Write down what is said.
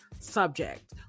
subject